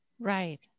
Right